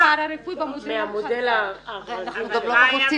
אבל מה היה במודל -- במודל החדש.